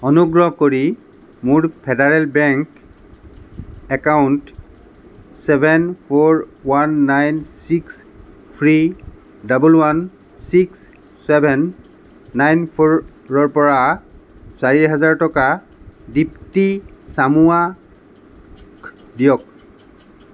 অনুগ্ৰহ কৰি মোৰ federal bank account seven four one nine six three double one six seven nine four অৰ পৰা চাৰি হেজাৰ টকা দীপ্তী চামুৱা দিয়ক